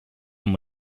and